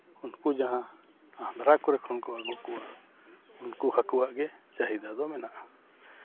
ᱩᱱᱠᱩ ᱡᱟᱦᱟᱸ ᱟᱸᱫᱷᱨᱟ ᱠᱚᱨᱮ ᱠᱷᱚᱠ ᱠᱚ ᱟᱹᱜᱩᱠᱚᱣᱟ ᱩᱱᱠᱩ ᱦᱟᱹᱠᱩᱣᱟᱜ ᱜᱮ ᱪᱟᱹᱦᱤᱫᱟ ᱫᱚ ᱢᱮᱱᱟᱜᱼᱟ